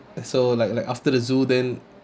so like like after the zoo then